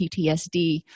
PTSD